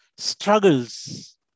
struggles